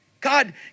God